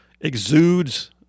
exudes